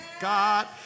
God